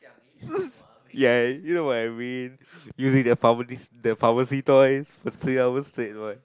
ya you know what I mean using the pharma~ pharmacy toys three hours straight what